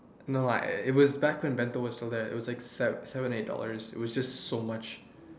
no what it it was back when bento was still there it was like se~ seven eight dollars it was just so much